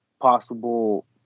possible